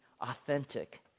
authentic